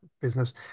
business